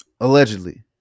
Allegedly